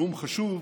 נאום חשוב,